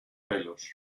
pelos